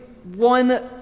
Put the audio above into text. One